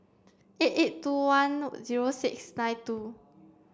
eight eight two one zero six nine two